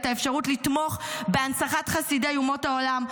את האפשרות לתמוך בהנצחת חסידי אומות העולם,